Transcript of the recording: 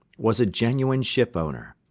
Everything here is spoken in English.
was a genuine shipowner.